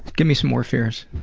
give me some more fears.